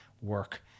work